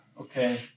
Okay